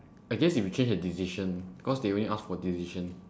I guess you will change a decision cause they only ask for a decision